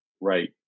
right